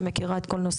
שמכירה את כל נושא